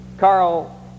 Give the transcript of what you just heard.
Carl